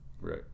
Right